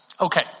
okay